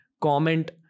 comment